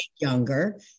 younger